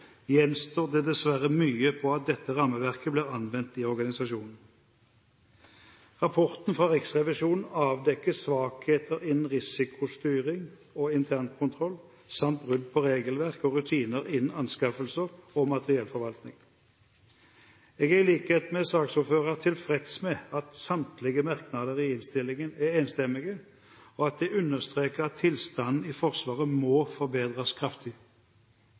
det dessverre mye på at dette rammeverket blir anvendt i organisasjonen. Rapporten fra Riksrevisjonen avdekker svakheter innen risikostyring og internkontroll samt brudd på regelverk og rutiner innen anskaffelser og materiellforvaltning. I likhet med saksordføreren er jeg tilfreds med at samtlige merknader i innstillingen er enstemmige, og at de understreker at tilstanden i Forsvaret må forbedres kraftig.